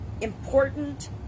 important